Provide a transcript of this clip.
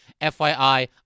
FYI